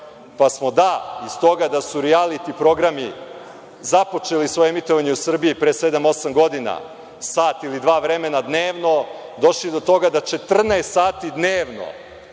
pa smo iz toga da su rijaliti programi započeli svoje emitovanje u Srbiji pre sedam, osam godina sat ili dva vremena dnevno, došli do 14 sati dnevno